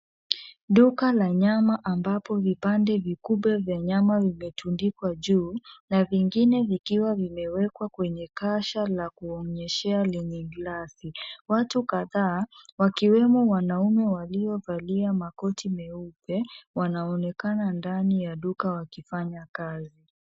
Duka la nyama ambapo vipande vikubwa vya nyama vimetundikwa juu na vingine vikiwa vimewekwa kwenye kasha la kuonyeshea lenye gilasi, watu kadha wakiwemo wanaume waliovalia makoti meupe wanaonekana ndani ya duka wakifanya kazi.